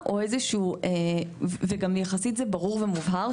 וזה גם יחסית ברור ומובהר,